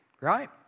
right